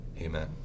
Amen